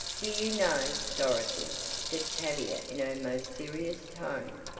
do you know, dorothy, said tavia in her most serious tone,